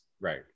right